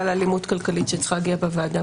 לאלימות כלכלית שצריכה להגיע בוועדה.